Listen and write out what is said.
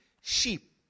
sheep